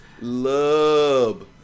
Love